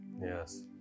Yes